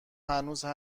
هنوزم